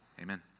amen